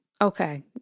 Okay